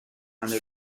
under